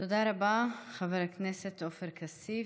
תודה רבה, חבר הכנסת עופר כסיף.